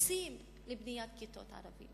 מוקצים לבניית כיתות ערביות